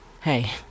Hey